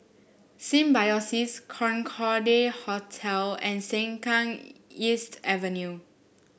Symbiosis Concorde Hotel and Sengkang East Avenue